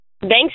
Thanks